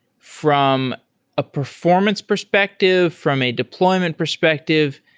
from a performance perspective, from a deployment perspective,